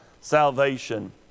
salvation